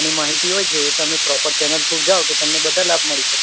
એની માહિતી હોય છે એ તમે પ્રોપર ચેનલ થ્રુ જાઓ તો તમને બધા લાભ મળી શકે